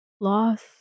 loss